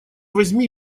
возьми